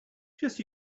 just